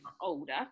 older